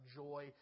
joy